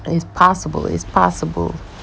it's possible it's possible you